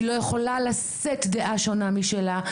היא לא יכולה לשאת דעה שונה משלה.